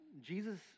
Jesus